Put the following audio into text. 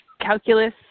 calculus